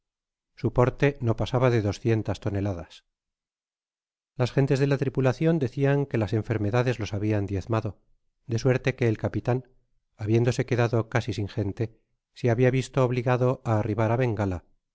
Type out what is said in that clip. porte no pasaba de doscientas toneladas las gentes de la tripulacion decian que las enfermedades los habian diezmado de suerte que el capitan habiéndose quedado casi sin gente se habia visto obligado á arribar á bengala y